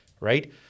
right